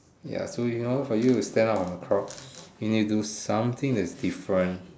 ya so in order for you to standout from the crowd you need to do something that is different